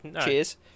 cheers